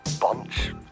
bunch